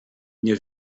nie